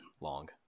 long